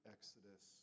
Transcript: Exodus